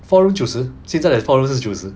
four room 九十 seated as four room 是九十